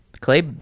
Clay